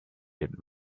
that